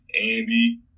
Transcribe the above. Andy